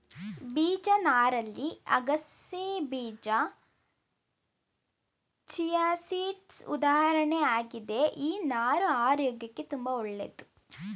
ಬೀಜ ನಾರಲ್ಲಿ ಅಗಸೆಬೀಜ ಚಿಯಾಸೀಡ್ಸ್ ಉದಾಹರಣೆ ಆಗಿದೆ ಈ ನಾರು ಆರೋಗ್ಯಕ್ಕೆ ತುಂಬಾ ಒಳ್ಳೇದು